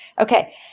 Okay